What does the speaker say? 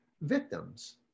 victims